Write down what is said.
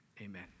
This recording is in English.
Amen